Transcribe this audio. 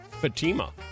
Fatima